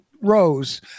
Rose